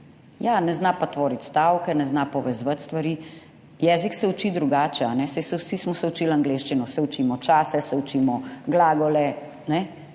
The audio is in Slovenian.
ne zna pa tvoriti stavkov, ne zna povezovati stvari. Jezik se uči drugače. Saj vsi smo se učili angleščino, se učimo čase, se